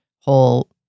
whole